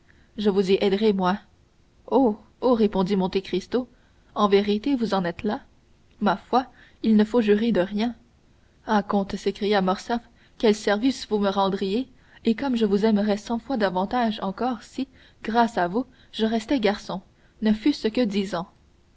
je vous y aiderai moi oh oh répondit monte cristo en vérité vous en êtes là oui ma foi il ne faut jurer de rien ah comte s'écria morcerf quel service vous me rendriez et comme je vous aimerais cent fois davantage encore si grâce à vous je restais garçon ne fût-ce que dix ans